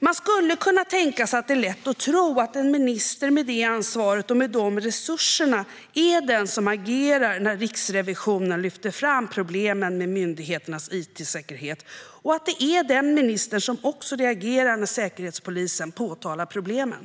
Man skulle lätt kunna tro att en minister med det ansvaret och med de resurserna är den som agerar när Riksrevisionen lyfter fram problemen med myndigheternas it-säkerhet och att det är den ministern som reagerar när Säkerhetspolisen påtalar problemen.